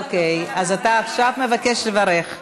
אוקיי, אז אתה עכשיו מבקש לברך.